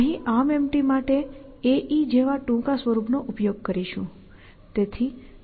અહીં ArmEmpty માટે AE જેવા ટૂંકા સ્વરૂપનો ઉપયોગ કરશું